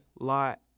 lot